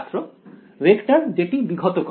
ছাত্র ভেক্টর যেটি বিঘত করে